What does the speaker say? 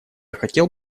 хотел